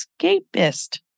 escapist